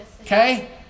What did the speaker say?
Okay